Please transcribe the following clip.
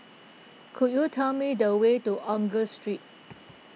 could you tell me the way to Angus Street